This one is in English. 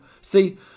See